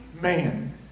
man